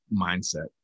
mindset